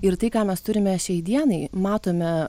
ir tai ką mes turime šiai dienai matome